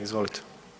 Izvolite.